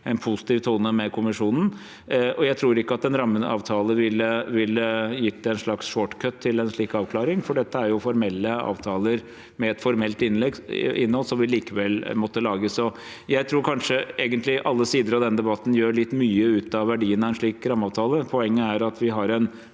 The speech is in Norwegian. en positiv tone med Kommisjonen. Jeg tror ikke at en rammeavtale ville gitt en slags «shortcut» til en slik avklaring, for dette er formelle avtaler med et formelt innhold som vi likevel måtte ha laget. Jeg tror egentlig alle sider i denne debatten gjør litt mye ut av verdien av en slik rammeavtale. Poenget er at vi har en